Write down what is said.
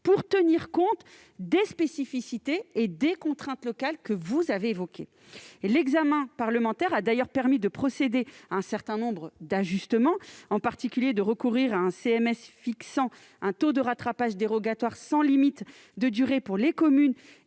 pour tenir compte des spécificités et des contraintes locales que vous avez évoquées. L'examen parlementaire a permis de procéder à un certain nombre d'ajustements, en particulier de recourir à un CMS fixant un taux de rattrapage dérogatoire sans limite de durée pour les communes